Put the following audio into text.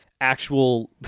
actual